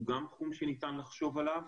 הוא גם תחום שניתן לחשוב עליו,